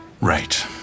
Right